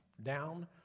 down